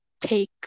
take